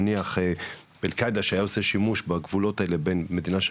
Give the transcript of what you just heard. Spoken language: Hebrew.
נניח אל קאעידה שהיה עושה שימוש בגבולות האלה בין מדינות,